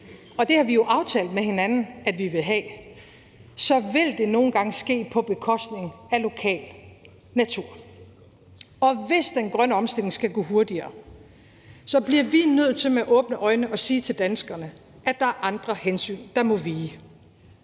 og det har vi jo aftalt med hinanden at vi vil have, så vil det nogle gange ske på bekostning af lokal natur. Og hvis den grønne omstilling skal gå hurtigere, bliver vi nødt til med åbne øjne at sige til danskerne, at der er andre hensyn, der må vige.